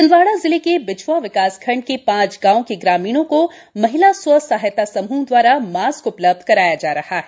छिंदवाड़ा जिले के बिछ्आ विकासखंड के पांच गांवों के ग्रामीणों को महिला स्व सहायता समूह द्वारा मास्क उपलब्ध कराया जा रहा है